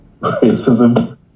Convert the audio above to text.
racism